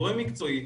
גורם מקצועי,